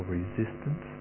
resistance